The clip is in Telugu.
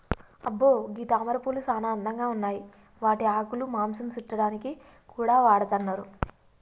అబ్బో గీ తామరపూలు సానా అందంగా ఉన్నాయి వాటి ఆకులు మాంసం సుట్టాడానికి కూడా వాడతున్నారు